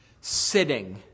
sitting